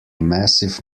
massive